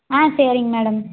ஆ சரிங்க மேடம்